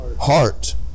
Heart